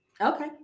Okay